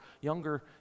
younger